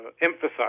emphasize